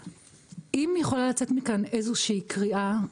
אם יכולה לצאת מכאן איזו שהיא קריאה,